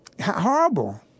Horrible